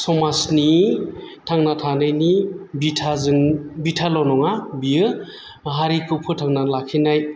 समाजनि थांना थानायनि बिथाजों बिथाल' नङा बियो हारिखौ फोथांना लाखिनाय